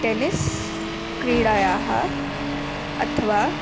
tennis क्रीडायाः अथवा